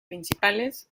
principales